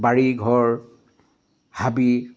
বাৰী ঘৰ হাবি